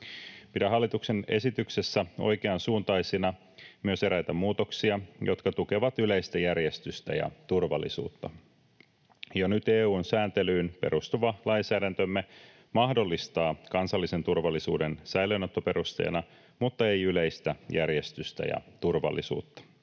Pidän hallituksen esityksessä oikeansuuntaisina myös eräitä muutoksia, jotka tukevat yleistä järjestystä ja turvallisuutta. Jo nyt EU:n sääntelyyn perustuva lainsäädäntömme mahdollistaa kansallisen turvallisuuden säilöönottoperusteena, mutta ei yleistä järjestystä ja turvallisuutta.